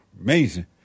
Amazing